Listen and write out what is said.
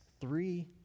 three